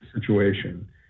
situation